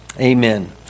Amen